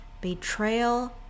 betrayal